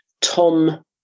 Tom